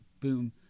boom